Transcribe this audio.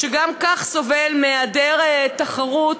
שגם כך סובל מהיעדר תחרות,